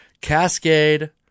Cascade